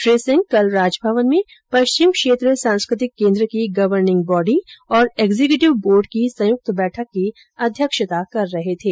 श्री सिंह कल राजभवन में पश्चिम क्षेत्र सांस्कृतिक केन्द्र की गवर्निंग बॉडी और एक्ज्यूकेटिव बोर्ड की संयुक्त बैठक की अध्यक्षता कर रहे थे